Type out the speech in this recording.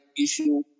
issue